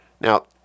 Now